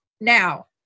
now